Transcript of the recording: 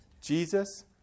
Jesus